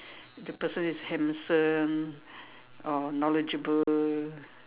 the person is handsome or knowledgeable